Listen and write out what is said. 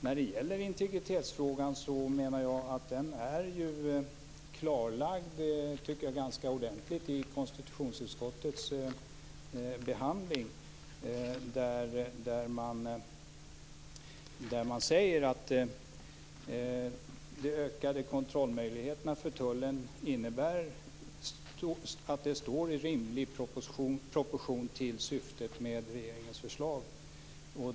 När det gäller integritetsfrågan menar jag att den är klarlagd ganska ordentligt i konsitutionsutskottets behandling. Där säger man att de ökade kontrollmöjligheterna för tullen innebär att de står i rimlig proportion till syftet med regeringens förslag.